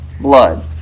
blood